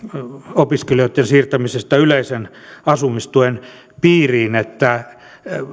opiskelijoitten siirtämisestä yleisen asumistuen piiriin että